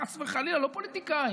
חס וחלילה לא פוליטיקאים,